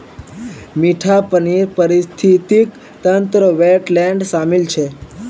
मीठा पानीर पारिस्थितिक तंत्रत वेट्लैन्ड शामिल छ